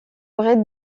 rez